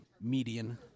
median